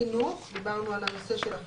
חינוך, דיברנו על נושא של החינוך.